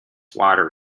water